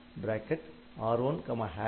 LDR R0R14